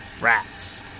Rats